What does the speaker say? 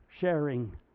sharing